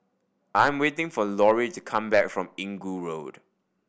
I am waiting for Lauri to come back from Inggu Road